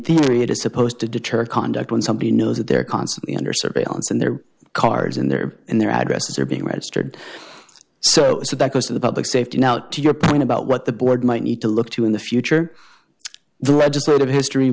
theory it is supposed to deter conduct when somebody knows that they're constantly under surveillance in their cars in their in their addresses are being registered so so that most of the public safety now to your point about what the board might need to look to in the future the legislative history